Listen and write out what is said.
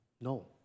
No